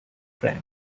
frank